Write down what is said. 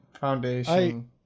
foundation